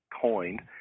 coined